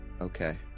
Okay